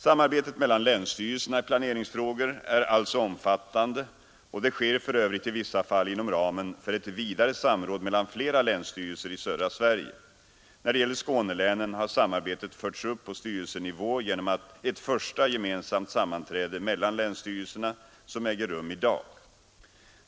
Samarbetet mellan länsstyrelserna i planeringsfrågor är alltså omfattande, och det sker för övrigt i vissa fall inom ramen för ett vidare samråd mellan flera länsstyrelser i södra Sverige. När det gäller Skånelänen har samarbetet förts upp på styrelsenivå genom ett första gemensamt sammanträde mellan länsstyrelserna, som äger rum i dag.